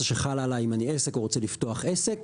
שחלה עליי אם אני עסק או רוצה לפתוח עסק